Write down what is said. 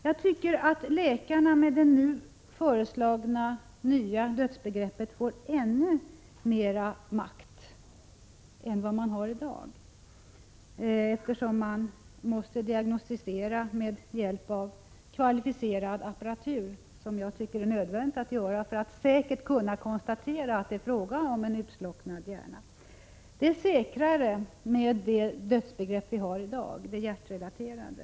Jag tycker att läkarna med det nu föreslagna nya dödsbegreppet får ännu mera makt än vad de har i dag, eftersom man måste diagnostisera med hjälp av kvalificerad apparatur. Det är nödvändigt att göra så för att säkert kunna konstatera att det är fråga om en utslocknad hjärna. Det är säkrare med det dödsbegrepp vi har i dag, det hjärtrelaterade.